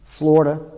Florida